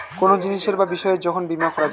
কোনো জিনিসের বা বিষয়ের যখন বীমা করা যায়